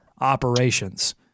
Operations